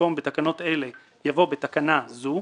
במקום "בתקנות אלה" יבוא "בתקנה זו".